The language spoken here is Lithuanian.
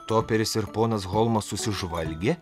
toperis ir ponas holmas susižvalgė